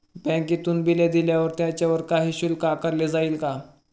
बँकेतून बिले दिल्यावर त्याच्यावर काही शुल्क आकारले जाईल का?